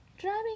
Driving